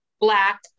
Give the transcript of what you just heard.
black